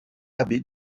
abbé